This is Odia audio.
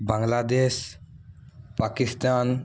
ବାଂଲାଦେଶ ପାକିସ୍ତାନ